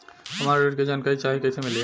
हमरा ऋण के जानकारी चाही कइसे मिली?